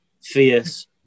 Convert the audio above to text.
fierce